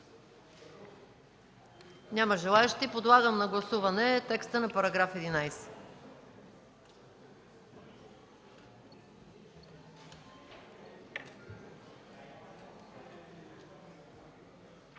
Няма желаещи. Подлагам на гласуване текста на § 11.